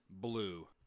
Blue